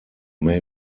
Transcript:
may